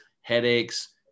headaches